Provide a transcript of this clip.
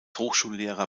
hochschullehrer